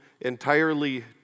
entirely